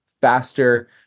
faster